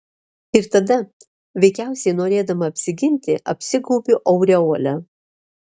ir tada veikiausiai norėdama apsiginti apsigaubiu aureole